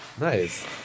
nice